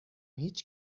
هیچ